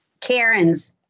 Karens